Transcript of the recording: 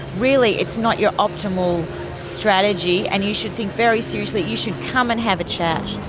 really it's not your optimal strategy and you should think very seriously, you should come and have a chat.